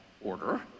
order